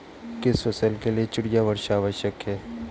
किस फसल के लिए चिड़िया वर्षा आवश्यक है?